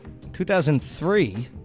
2003